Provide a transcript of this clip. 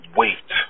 wait